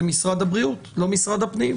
זה משרד הבריאות ולא משרד הפנים.